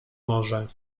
morze